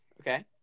Okay